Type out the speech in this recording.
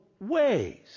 ways